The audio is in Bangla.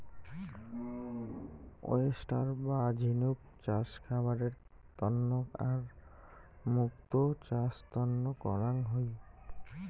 ওয়েস্টার বা ঝিনুক চাষ খাবারের তন্ন আর মুক্তো চাষ তন্ন করাং হই